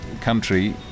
country